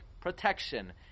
Protection